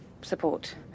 support